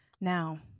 Now